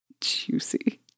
juicy